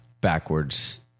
backwards